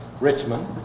Richmond